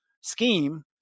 scheme